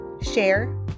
share